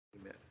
Amen